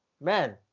man